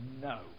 no